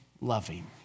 loving